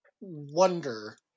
wonder